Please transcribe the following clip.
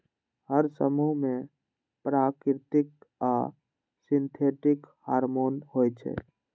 हर समूह मे प्राकृतिक आ सिंथेटिक हार्मोन होइ छै